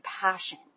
passion